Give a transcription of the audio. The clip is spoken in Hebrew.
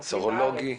סרולוגי?